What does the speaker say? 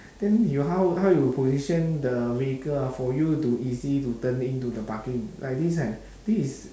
then you how how you position the vehicle ah for you to easy to turn into the parking like this eh this is